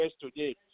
today